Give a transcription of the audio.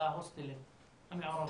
בהוסטלים המעורבים?